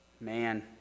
Man